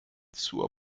zur